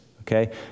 okay